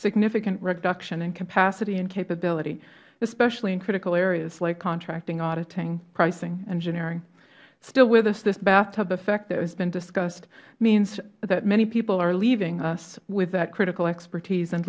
significant reduction in capacity and capability especially in critical areas like contracting auditing pricing engineering still with us this bathtub effect as has been discussed means that many people are leaving us with that critical expertise and